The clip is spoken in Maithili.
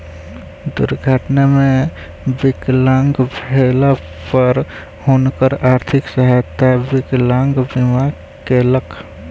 दुर्घटना मे विकलांग भेला पर हुनकर आर्थिक सहायता विकलांग बीमा केलक